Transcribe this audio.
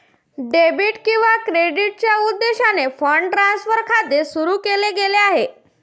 debit किंवा क्रेडिटच्या उद्देशाने फंड ट्रान्सफर खाते सुरू केले गेले आहे